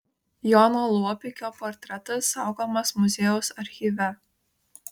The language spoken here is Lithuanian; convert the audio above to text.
jono luobikio portretas saugomas muziejaus archyve